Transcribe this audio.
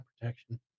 protection